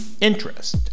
interest